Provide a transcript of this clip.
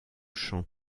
chant